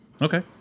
okay